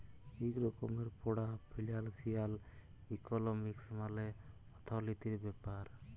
ইক রকমের পড়া ফিলালসিয়াল ইকলমিক্স মালে অথ্থলিতির ব্যাপার